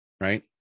right